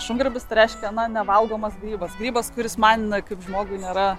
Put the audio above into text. šungrybis tai reiškia nevalgomas grybas grybas kuris man kaip žmogui nėra